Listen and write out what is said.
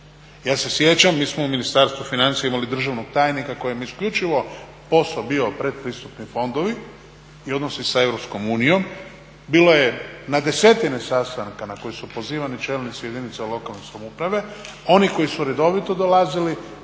Ja se sjećam, mi smo u Ministarstvu financija imali državnog tajnika kojem je isključivo posao bio pretpristupni fondovi i odnosi sa EU, bilo je na desetine sastanaka na koje su pozivani čelnici jedinice lokalne samouprave. Oni koji su redovito dolazili